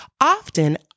often